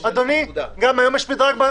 אדוני, גם היום יש מדרג?